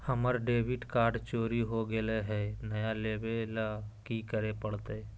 हमर debit card चोरी हो गेले हई, नया लेवे ल की करे पड़तई?